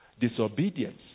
Disobedience